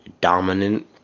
dominant